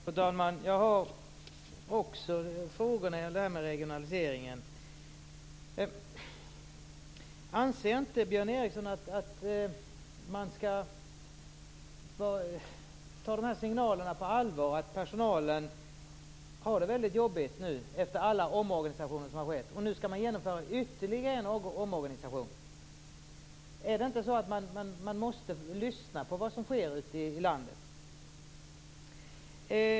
Fru talman! Jag har också frågor om regionaliseringen. Anser inte Björn Ericson att man skall ta signalerna på allvar om att personalen har det väldigt jobbigt nu, efter alla omorganisationer som har skett? Och nu skall det genomföras ytterligare en omorganisation. Måste man inte lyssna på vad som sker ute i landet?